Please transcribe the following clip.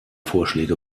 vorschläge